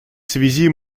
связи